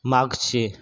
मागचे